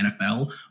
NFL